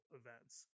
events